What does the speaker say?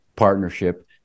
partnership